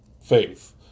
faith